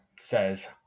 says